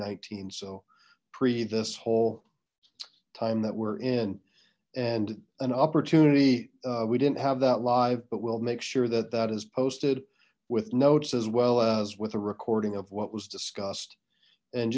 nineteen so pre this whole time that we're in and an opportunity we didn't have that live but we'll make sure that that is posted with notes as well as with a recording of what was discussed and